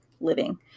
living